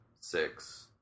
six